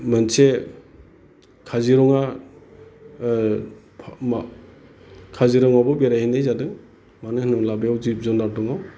मोनसे काजिरङा काजिरङायावबो बेरायहैनाय जादों मानो होनोब्ला बेयाव जिब जुनार दङ